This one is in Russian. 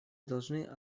должны